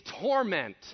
torment